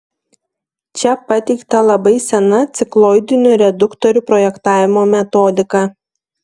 čia pateikta labai sena cikloidinių reduktorių projektavimo metodika